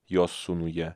jo sūnuje